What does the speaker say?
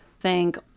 thank